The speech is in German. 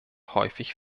häufig